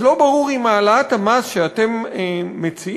אז לא ברור אם העלאת המס שאתם מציעים,